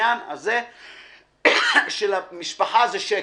בעניין הזה שלמשפחה זה שקל.